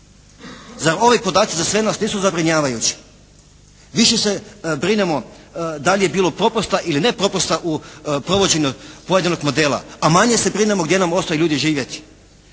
Zar ovi podaci za sve nas nisu zabrinjavajući? Više se brinemo da li je bilo propusta ili ne proputa u provođenju pojedinog modela, a manje se brinemo gdje nam ostaju ljudi živjeti.